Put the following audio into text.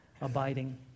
abiding